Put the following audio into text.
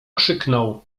krzyknął